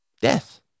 Death